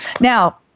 now